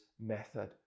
method